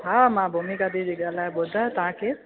हा मां भूमिका दीदी थी ॻाल्हायां ॿुधायो तव्हां केरु